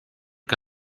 que